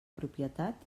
propietat